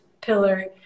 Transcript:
pillar